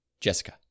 Jessica